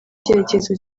icyerekezo